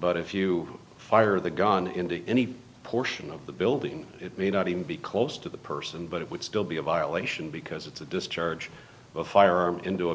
but if you fire the gun into any portion of the building it may not even be close to the person but it would still be a violation because it's a discharge of fire into a